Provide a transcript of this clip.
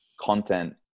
content